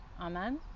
Amen